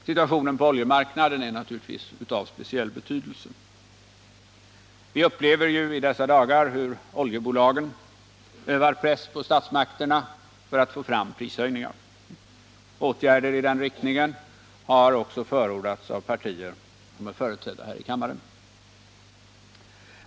Situationen på oljemarknaden är naturligtvis av speciell betydelse. Vi upplever ju i dessa dagar hur oljebolagen utövar press på statsmakterna för att få fram prishöjningar. Åtgärder i den riktningen har förordats också av partier som är företrädda i den här kammaren.